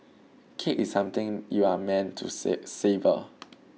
cake is something you are meant to savour